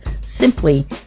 simply